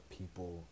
people